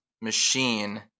machine